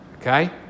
Okay